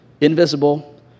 invisible